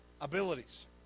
abilities